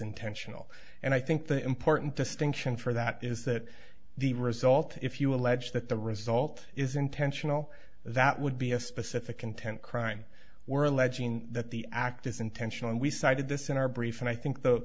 intentional and i think the important distinction for that is that the result if you allege that the result is intentional that would be a specific intent crime were alleging that the act is intentional and we cited this in our brief and i think the